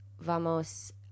vamos